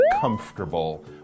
comfortable